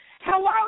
Hello